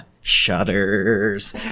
shudders